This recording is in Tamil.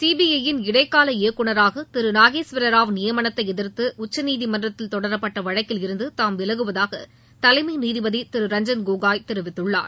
சிபிஐயின் இடைக்கால இயக்குநராக திரு நாகேஸ்வர ராவ் நியமனத்தை எதிர்த்து உச்சநீதிமன்றத்தில் தொடரப்பட்ட வழக்கில் இருந்து தாம் விலகுவதாக தலைமை நீதிபதி திரு ரஞ்சன் கோகோய் தெரிவித்துள்ளார்